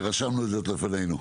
רשמנו זאת לפנינו.